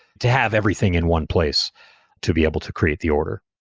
to have everything in one place to be able to create the order.